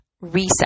reset